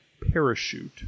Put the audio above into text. parachute